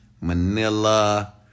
Manila